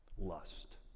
lust